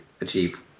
achieve